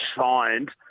signed